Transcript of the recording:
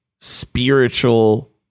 spiritual